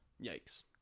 Yikes